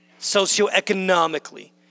socioeconomically